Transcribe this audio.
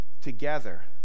together